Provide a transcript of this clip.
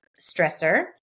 stressor